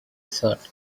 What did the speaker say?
thought